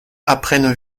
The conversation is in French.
apprennent